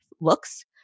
looks